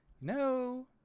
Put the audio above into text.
no